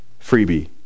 Freebie